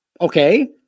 okay